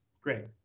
Great